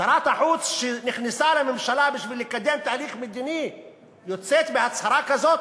שרת החוץ שנכנסה לממשלה בשביל לקדם תהליך מדיני יוצאת בהצהרה כזאת,